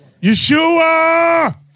Yeshua